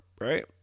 right